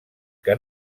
que